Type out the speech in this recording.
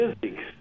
Physics